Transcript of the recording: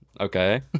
Okay